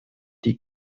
die